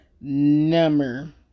number